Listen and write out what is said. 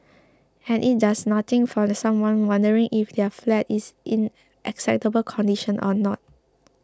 and it does nothing for someone wondering if their flat is in acceptable condition or not